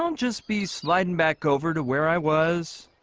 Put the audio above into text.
um just be sliding back over to where i was